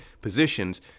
positions